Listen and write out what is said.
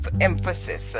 emphasis